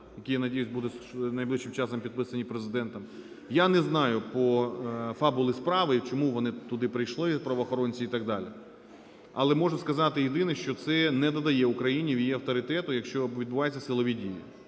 які, я надіюсь, будуть найближчим часом підписані Президентом. Я не знаю, по… фабули справи, чому вони туди прийшли, правоохоронці і так далі, але можу сказати єдине, що це не додає Україні її авторитету, якщо відбуваються силові дії.